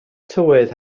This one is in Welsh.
tywydd